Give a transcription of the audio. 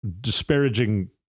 disparaging